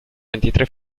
ventitré